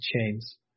chains